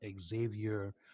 Xavier